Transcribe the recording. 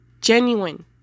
Genuine